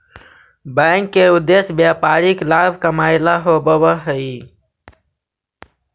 bank के उद्देश्य व्यापारिक लाभ कमाएला होववऽ हइ